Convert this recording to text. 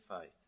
faith